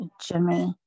Jimmy